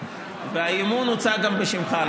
והאי-אמון הוצע גם בשמך.